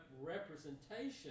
representation